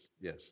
yes